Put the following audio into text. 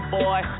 boy